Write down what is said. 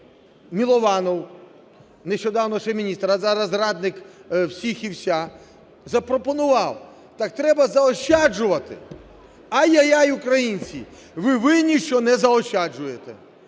Мілованов – нещодавно ще міністр, а зараз радник всіх і вся – запропонував: так треба ж заощаджувати. Ай-яй-яй, українці! Ви винні, що не заощаджуєте.